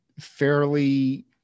fairly